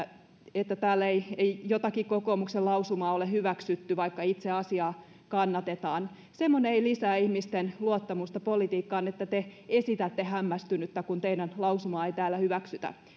että täällä ei ei jotakin kokoomuksen lausumaa ole hyväksytty vaikka itse asiaa kannatetaan semmoinen ei lisää ihmisten luottamusta politiikkaan että te esitätte hämmästynyttä kun teidän lausumaanne ei täällä hyväksytä